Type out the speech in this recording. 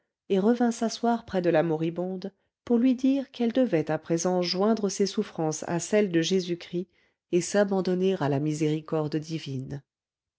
et revint s'asseoir près de la moribonde pour lui dire qu'elle devait à présent joindre ses souffrances à celles de jésus-christ et s'abandonner à la miséricorde divine